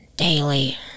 daily